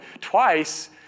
twice